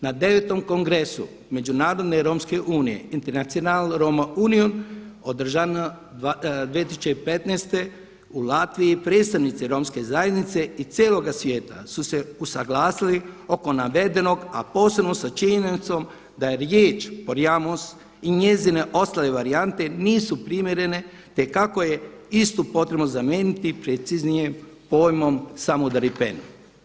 Na 9. Kongresu Međunarodne romske unije, International Roma Union održane 2015. u Latviji predstavnici Romske zajednice i cijeloga svijeta su se usuglasili oko navedenog a posebno sa činjenicom da je riječ „porjamos“ i njezine ostale varijante nisu primjerene te kako je istu potrebno zamijeniti preciznije pojmom „samudaripen“